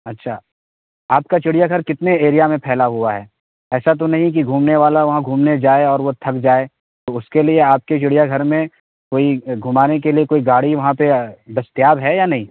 اچھا آپ کا چڑیا گھر کتنے ایریا میں پھیلا ہوا ہے ایسا تو نہیں کہ گھومنے والا وہاں گھومنے جائے اور وہ تھک جائے تو اس کے لیے آپ کے چڑیا گھر میں کوئی گھمانے کے لیے کوئی گاڑی وہاں پہ دستیاب ہے یا نہیں